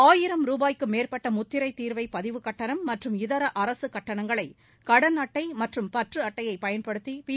ஆயிரம் ரூபாய்க்கு மேற்பட்ட முத்திரைத் தீர்வை பதிவுக் கட்டணம் மற்றும் இதர அரசு கட்டணங்களை கடன் அட்டை மற்றும் பற்று அட்டையைப் பயன்படுத்தி பி